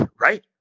Right